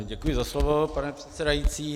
Děkuji za slovo, pane předsedající.